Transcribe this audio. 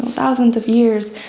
thousands of years.